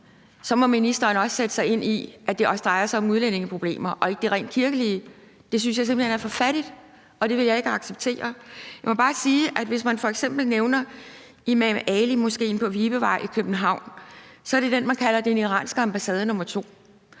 må ministeren også sætte sig ind i, at det også drejer sig om udlændingeproblemer og ikke bare det rent kirkelige. Det synes jeg simpelt hen er for fattigt, og det vil jeg ikke acceptere. Man kan f.eks. nævne Imam Ali Moskeen på Vibevej i København, som er den, man kalder den iranske ambassade nr.